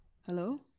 Hello